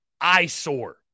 eyesore